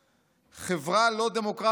חברה לא דמוקרטית אחת,